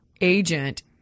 agent